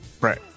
Right